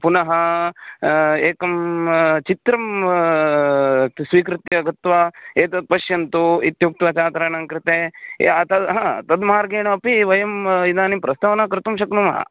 पुनः एकं चित्रं स्वीकृत्य गत्वा एतत् पश्यन्तु इत्युक्त्वा छात्राणां कृते ये हा तद् मार्गेण अपि वयम् इदानीं प्रस्तावनां कर्तुं शक्नुमः